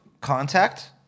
Contact